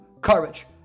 courage